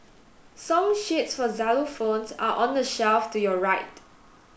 song sheets for xylophones are on the shelf to your right